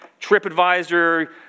Tripadvisor